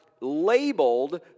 labeled